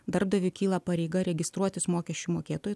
darbdaviui kyla pareiga registruotis mokesčių mokėtoju